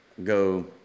go